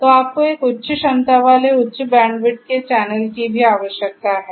तो आपको एक उच्च क्षमता वाले उच्च बैंडविड्थ के चैनल की भी आवश्यकता है